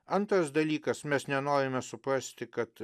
antras dalykas mes nenorime suprasti kad